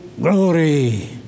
glory